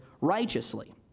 righteously